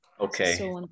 Okay